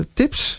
tips